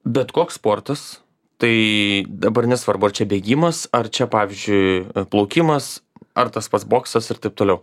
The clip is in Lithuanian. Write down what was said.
bet koks sportas tai dabar nesvarbu ar čia bėgimas ar čia pavyzdžiui plaukimas ar tas pats boksas ir taip toliau